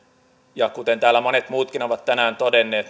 kuten täällä monet muutkin ovat tänään todenneet